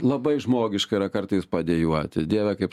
labai žmogiška yra kartais padejuoti dieve kaip